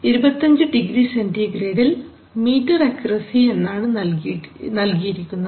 25 degree സെൻറിഗ്രേഡിൽ metre accuracy എന്നാണ് നൽകിയിരിക്കുന്നത്